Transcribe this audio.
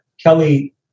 Kelly